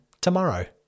tomorrow